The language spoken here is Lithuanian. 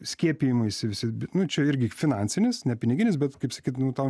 skiepijimaisi visi nu čia irgi finansinis ne piniginis bet kaip sakyt nu tau